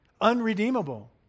unredeemable